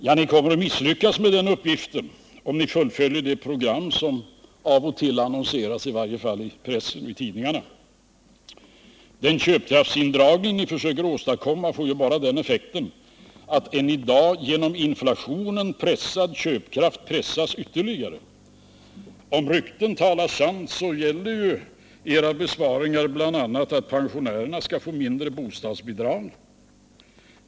Ja, men ni kommer att misslyckas med den uppgiften, om ni fullföljer det program som av och till annonseras, i varje fall i pressen. Den köpkraftsindragning ni försöker åstadkomma får bara den effekten att en i dag genom inflationen pressad köpkraft pressas ytterligare. Om ryktena talar sant innebär era besparingar bl.a. att pensionärer skall få lägre bostadsbidrag.